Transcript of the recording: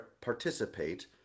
participate